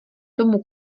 tomu